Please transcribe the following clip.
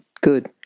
Good